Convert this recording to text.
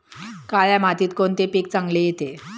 काळ्या मातीत कोणते पीक चांगले येते?